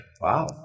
wow